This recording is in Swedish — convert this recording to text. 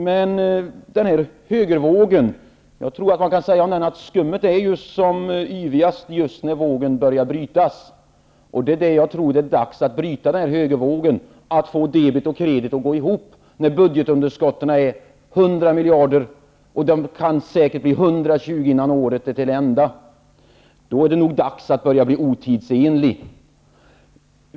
När det gäller högervågen kan man nog säga att skummet är som yvigast just när vågen börjar brytas. Jag tror att det är dags att bryta högervågen och få debet och kredit att gå ihop. Budgetunderskottet är nu 100 miljarder kronor och kan säkert bli 120 miljarder kronor innan året är till ända. Då är det nog dags att börja bli otidsenlig.